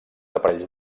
aparells